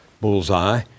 bullseye